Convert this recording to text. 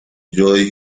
joy